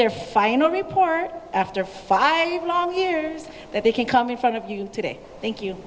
their final report after five years that they can come in front of you today thank you